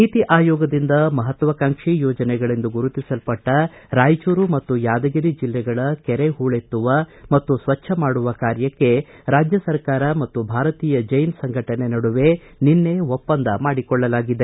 ನೀತಿ ಆಯೋಗದಿಂದ ಮಹತ್ವಾಕಾಂಕ್ಷೀ ಯೋಜನೆಗಳೆಂದು ಗುರತಿಸಲ್ಪಟ್ಟ ರಾಯಚೂರು ಮತ್ತು ಯಾದಗಿರಿ ಜಿಲ್ಲೆಗಳ ಕೆರೆ ಹೂಳೆತ್ತುವ ಮತ್ತು ಸ್ವಚ್ಣ ಮಾಡುವ ಕಾರ್ಯಕ್ಕೆ ರಾಜ್ಯ ಸರ್ಕಾರ ಮತ್ತು ಭಾರತೀಯ ಜೈನ್ ಸಂಘಟನೆ ನಡುವೆ ನಿನ್ನೆ ಒಪ್ಪಂದ ಮಾಡಿಕೊಳ್ಳಲಾಗಿದೆ